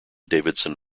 davidson